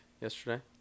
yesterday